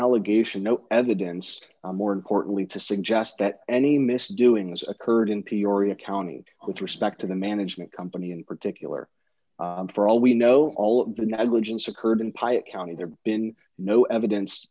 allegation no evidence more importantly to suggest that any misdoings occurred in peoria county with respect to the management company in particular for all we know all of the negligence occurred in pike county there been no evidence